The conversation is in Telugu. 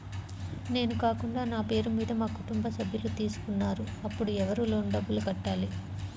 నేను కాకుండా నా పేరు మీద మా కుటుంబ సభ్యులు తీసుకున్నారు అప్పుడు ఎవరు లోన్ డబ్బులు కట్టాలి?